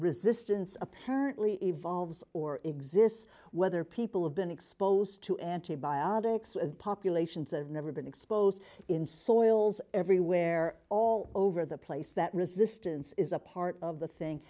resistance apparently evolves or exists whether people have been exposed to antibiotics and populations and never been exposed in soils everywhere all over the place that resistance is a part of the thing